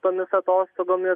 tomis atostogomis